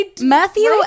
Matthew